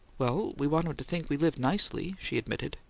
well, we want him to think we live nicely, she admitted.